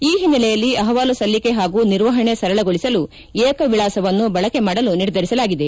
ಈ ಓನ್ನೆಲೆಯಲ್ಲಿ ಅಹವಾಲು ಸಲ್ಲಿಕೆ ಹಾಗೂ ನಿರ್ವಹಣೆ ಸರಳಗೊಳಿಸಲು ಏಕ ವಿಳಾಸವನ್ನು ಬಳಕೆ ಮಾಡಲು ನಿರ್ಧರಿಸಲಾಗಿದೆ